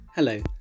Hello